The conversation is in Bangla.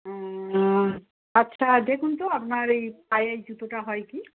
ও আচ্ছা দেখুন তো আপনার এই পায়ে এই জুতোটা হয় কি